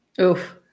Oof